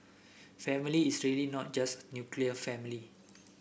family is really not just nuclear family